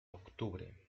octubre